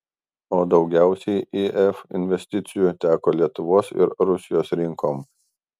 o daugiausiai if investicijų teko lietuvos ir rusijos rinkoms